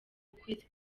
ukwezi